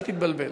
אל תתבלבל.